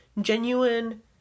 genuine